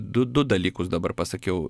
du du dalykus dabar pasakiau